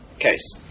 Case